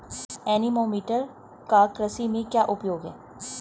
Anemometer का कृषि में क्या उपयोग है?